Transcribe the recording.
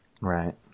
right